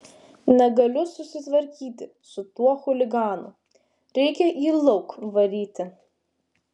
negaliu susitvarkyti su tuo chuliganu reikia jį lauk varyti